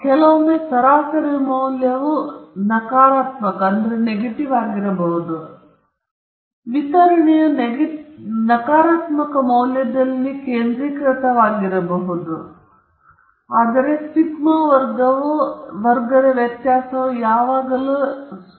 ಕೆಲವೊಮ್ಮೆ ಸರಾಸರಿ ಮೌಲ್ಯವು ನಕಾರಾತ್ಮಕವಾಗಿರಬಹುದು ವಿತರಣೆಯು ನಕಾರಾತ್ಮಕ ಮೌಲ್ಯದಲ್ಲಿ ಕೇಂದ್ರೀಕೃತವಾಗಿರಬಹುದು ಆದರೆ ಸಿಗ್ಮಾ ವರ್ಗವು ಇರುವ ವ್ಯತ್ಯಾಸವು ಯಾವಾಗಲೂ ಸ್ಪಷ್ಟವಾಗಿ ಸಕಾರಾತ್ಮಕವಾಗಿದೆ